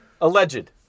alleged